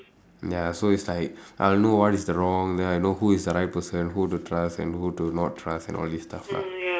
ya so it's like I will know what is the wrong then I know who is the right person who to trust and who to not trust and all these stuff lah